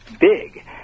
big